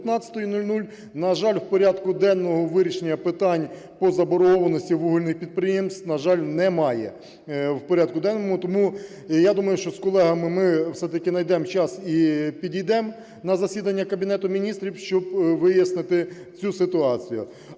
На жаль, в порядку денному вирішення питань по заборгованості вугільних підприємств, на жаль, немає. Тому, я думаю, що з колегами ми все-таки найдемо час і підійдемо на засідання Кабінету Міністрів, щоб вияснити цю ситуацію.